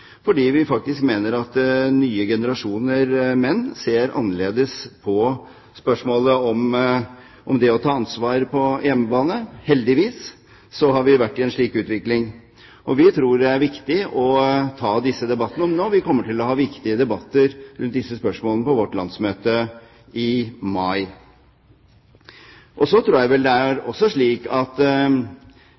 fordi vi mener at nye generasjoner menn ser annerledes på spørsmålet om det å ta ansvar på hjemmebane. Heldigvis har vi vært i en slik utvikling. Vi tror det er viktig å ta disse debattene nå, og vi kommer til å ha viktige debatter om disse spørsmålene på vårt landsmøte i mai. Så tror jeg også det er slik at